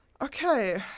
Okay